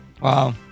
Wow